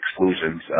exclusions